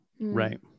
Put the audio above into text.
Right